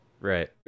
Right